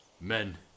Men